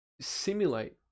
simulate